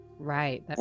Right